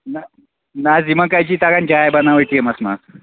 نہ نہ حظ یِمَن کَتہِ چھی تگان جاے بناوٕنۍ ٹیٖمَس منٛز